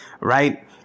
Right